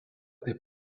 taip